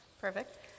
perfect